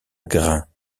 grains